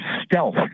stealth